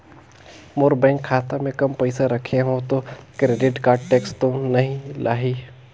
मोर bank खाता मे काम पइसा रखे हो तो क्रेडिट कारड टेक्स तो नइ लाही???